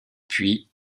puis